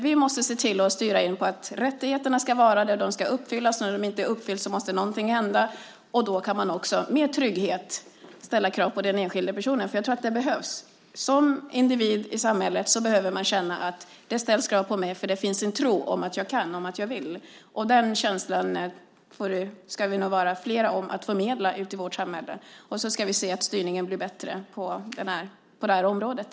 Vi måste alltså styra in på att rättigheterna ska finnas där de kan uppfyllas, och när de inte uppfylls måste någonting hända. Då kan vi också tryggt ställa krav på den enskilda personen. Jag tror att det behövs. Jag behöver som individ i ett samhälle känna att det ställs krav på mig eftersom det finns en tro på att jag kan och vill. Den känslan måste vi förmedla ut i samhället. Vi ska också se till att styrningen blir bättre på det här området.